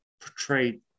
portrayed